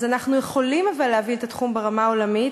אז אנחנו יכולים אבל להביא את התחום ברמה העולמית: